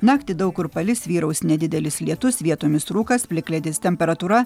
naktį daug kur palis vyraus nedidelis lietus vietomis rūkas plikledis temperatūra